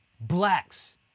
blacks